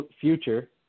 future